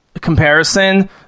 comparison